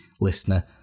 listener